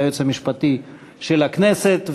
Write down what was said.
היועץ המשפטי של הכנסת.